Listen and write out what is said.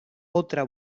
otra